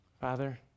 Father